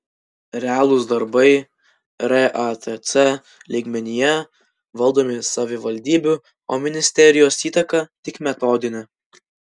realūs darbai ratc lygmenyje valdomi savivaldybių o ministerijos įtaka tik metodinė